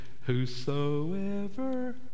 whosoever